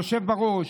היושב-ראש,